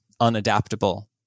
unadaptable